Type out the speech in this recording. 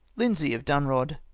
lindsay of dunrod.